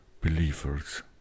believers